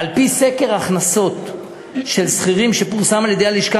"על-פי סקר הכנסות של שכירים שפורסם על-ידי הלשכה